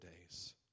days